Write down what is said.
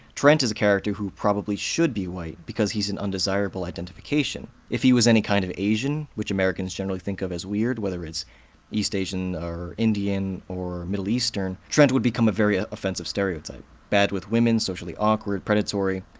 trent is a character who probably should be white, because he's an undesirable identification. if he was any kind of asian, which americans generally think of as weird, whether it's east asian or indian or middle eastern, trent would become a very ah offensive stereotype. bad with women, socially awkward, predatory.